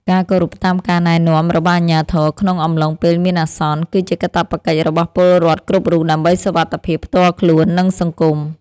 ការគោរពតាមការណែនាំរបស់អាជ្ញាធរក្នុងអំឡុងពេលមានអាសន្ន គឺជាកាតព្វកិច្ចរបស់ពលរដ្ឋគ្រប់រូបដើម្បីសុវត្ថិភាពផ្ទាល់ខ្លួន និងសង្គម។